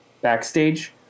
backstage